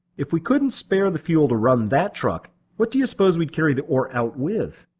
if we couldn't spare the fuel to run that truck, what do you suppose we'd carry the ore out with?